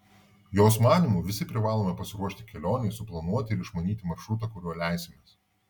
jos manymu visi privalome pasiruošti kelionei suplanuoti ir išmanyti maršrutą kuriuo leisimės